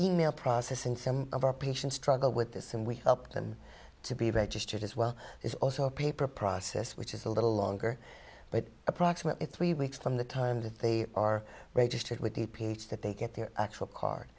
email process and some of our patients struggle with this and we help them to be registered as well is also a paper process which is a little longer but approximately three weeks from the time that they are registered with the ph that they get their actual card